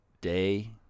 Day